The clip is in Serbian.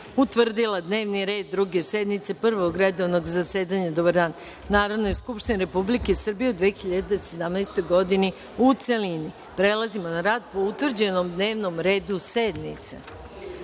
utvrdila dnevni red Druge sednice Prvog redovnog zasedanja Narodne skupštine Republike Srbije u 2017. godini, u celini. Prelazimo na rad po utvrđenom dnevnom redu sednice. Saglasno